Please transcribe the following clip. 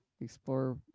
explore